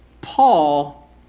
Paul